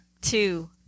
two